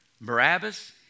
Barabbas